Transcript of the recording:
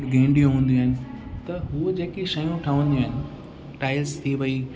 गेंडियूं हूंदियूं आहिनि त उहे जेकी शयूं ठहंदियूं आहिनि टाइल्स थी वई